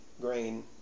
grain